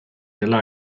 dela